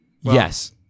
yes